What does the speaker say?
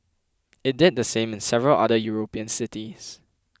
it did the same in several other European cities